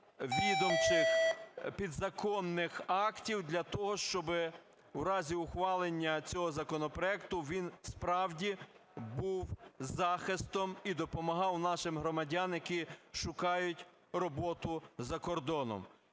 відомчих підзаконних актів для того, щоби в разі ухвалення цього законопроекту він справді був захистом і допомагав нашим громадянам, які шукають роботу за кордоном.